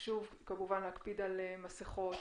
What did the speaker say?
וחשוב כמובן להקפיד על עטיית מסכות.